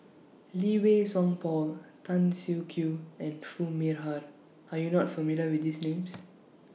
Lee Wei Song Paul Tan Siak Kew and Foo Mee Har Are YOU not familiar with These Names